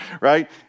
right